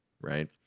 right